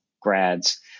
grads